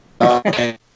Okay